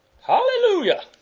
Hallelujah